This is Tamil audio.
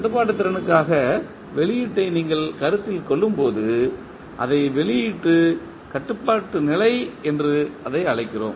கட்டுப்பாட்டு திறனுக்காக வெளியீட்டை நீங்கள் கருத்தில் கொள்ளும்போது அதை வெளியீட்டு கட்டுப்பாட்டு நிலை என்று அழைக்கிறோம்